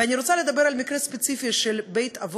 ואני רוצה לדבר על מקרה ספציפי, של בית-אבות,